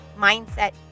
mindset